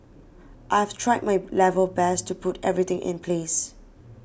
I have tried my level best to put everything in place